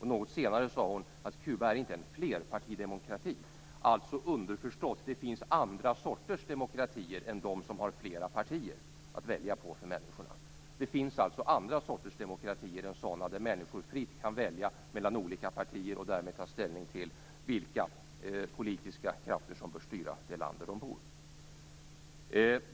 Något senare sade hon att Kuba inte är en flerpartidemokrati, underförstått: det finns andra sorters demokratier än de som har flera partier som människorna kan välja mellan. Det finns alltså andra sorters demokratier än sådana där människor fritt kan välja mellan olika partier och därmed ta ställning till vilka politiska krafter som bör styra det land där de bor.